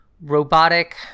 robotic